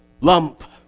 lump